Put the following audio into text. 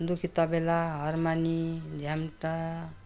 दुक्की तबेला हर्मनी झ्याम्टा